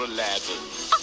Aladdin